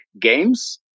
games